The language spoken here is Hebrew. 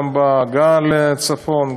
גם בהגעה לצפון,